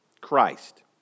Christ